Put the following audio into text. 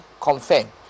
confirm